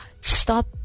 stop